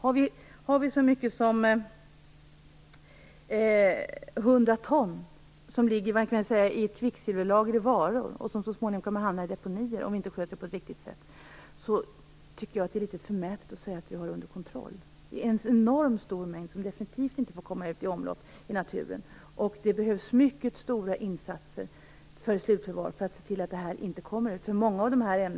Om vi har så mycket som 100 ton i kvicksilverlager i varor som så småningom kommer att hamna i deponier om vi inte sköter det på ett riktigt sätt tycker jag att det är litet förmätet att säga att vi har situationen under kontroll. Det är en enormt stor mängd som definitivt inte får komma ut i omlopp i naturen. Det behövs mycket stora insatser för slutförvaringen för att man skall se till att detta inte kommer ut.